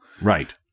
Right